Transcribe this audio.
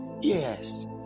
Yes